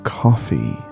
coffee